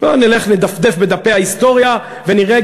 נלך לדפדף בדפי ההיסטוריה ונראה,